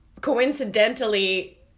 coincidentally